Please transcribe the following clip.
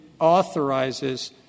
authorizes